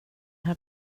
här